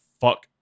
fuck